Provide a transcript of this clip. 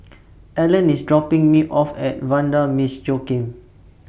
Allan IS dropping Me off At Vanda Miss Joaquim